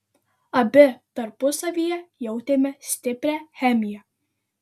abi tarpusavyje jautėme stiprią chemiją